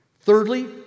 Thirdly